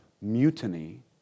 mutiny